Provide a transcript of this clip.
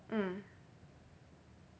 mm